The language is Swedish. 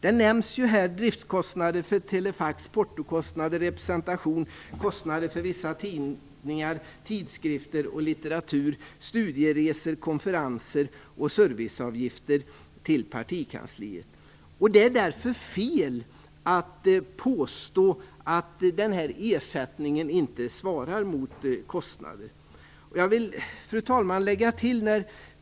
Det nämns här driftskostnader för telefax, portokostnader, representation, kostnader för vissa tidningar, tidskrifter och litteratur, studieresor, konferenser och serviceavgifter till partikansliet. Det är därför fel att påstå att ersättningen inte svarar mot kostnader. Fru talman!